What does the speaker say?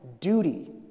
duty